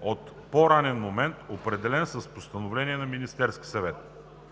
от по-ранен момент, определен с постановление на Министерския съвет.